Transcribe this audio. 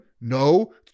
No